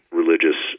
religious